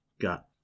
got